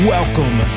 Welcome